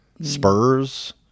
spurs